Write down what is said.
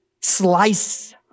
slice